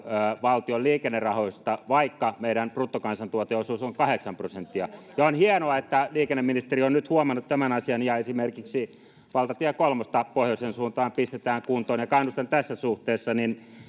valtion liikennerahoista vaikka meidän bruttokansantuoteosuus on kahdeksan prosenttia ja on hienoa että liikenneministeri on nyt huomannut tämän asian ja esimerkiksi valtatie kolmosta pohjoisen suuntaan pistetään kuntoon ja kannustan tässä suhteessa